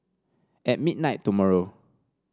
at midnight tomorrow